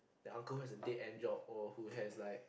the uncle who has a dead end job or who has like